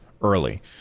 early